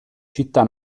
città